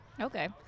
Okay